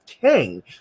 king